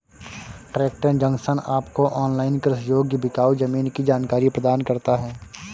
tractor junction आपको online कृषि योग्य बिकाऊ जमीन की जानकारी प्रदान करता है